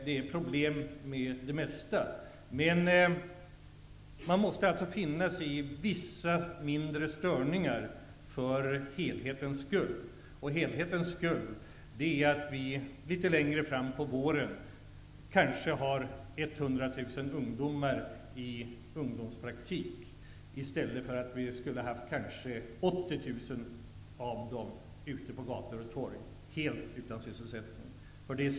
Det finns problem med de flesta åtgärder. Man måste finna sig i vissa mindre störningar för helhetens skull. Litet längre fram på våren kanske 100 000 ungdomar har ungdomspraktik i stället för att kanske 80 000 av dem skulle driva omkring ute på gator och torg helt utan sysselsättning.